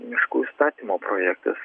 miškų įstatymo projektas